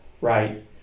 right